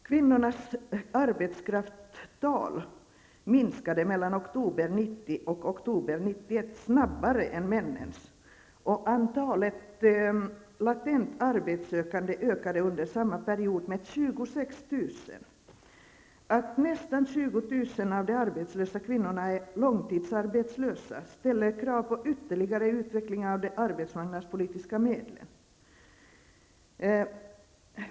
Kvinnornas arbetskraftstal minskade mellan oktober 1990 och oktober 1991 snabbare än männens, och antalet latent arbetssökande ökade under samma period med 26 000. Att nästan 20 000 av de arbetslösa kvinnorna är långtidsarbetslösa ställer krav på ytterligare utveckling av de arbetsmarknadspolitiska medlen.